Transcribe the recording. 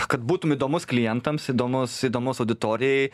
kad būtum įdomus klientams įdomus įdomus auditorijai